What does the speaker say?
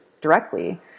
directly